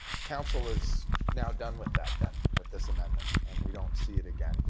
council is now done with that then, with this amendment. and we don't see it again.